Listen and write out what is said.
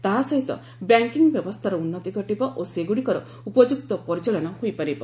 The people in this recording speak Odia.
ତାହା ସହିତ ବ୍ୟାଙ୍କିଙ୍ଗ୍ ବ୍ୟବସ୍ଥାର ଉତ୍ତି ଘଟିବ ଓ ସେଗ୍ରଡ଼ିକର ଉପଯୁକ୍ତ ପରିଚାଳନା ହୋଇପାରିବ